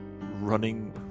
running